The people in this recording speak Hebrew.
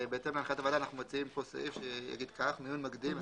בהתאם להחלטת הוועדה אנחנו מציעים פה סעיף שיגיד כך: מיון מקדים.